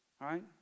right